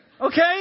Okay